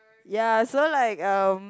ya so like um